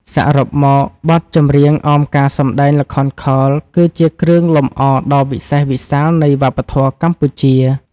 សរុបមក បទចម្រៀងអមការសម្ដែងល្ខោនខោល គឺជាគ្រឿងលម្អដ៏វិសេសវិសាលនៃវប្បធម៌កម្ពុជា។